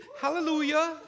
hallelujah